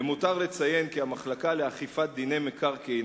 למותר לציין כי המחלקה לאכיפת דיני מקרקעין,